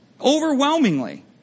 Overwhelmingly